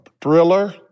Thriller